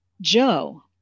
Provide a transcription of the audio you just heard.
Joe